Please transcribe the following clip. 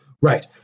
Right